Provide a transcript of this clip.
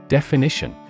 Definition